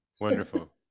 Wonderful